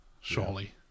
surely